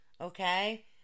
Okay